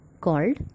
called